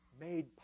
made